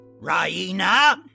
Raina